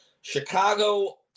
chicago